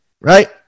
right